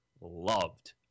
loved